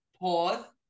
pause